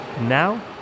Now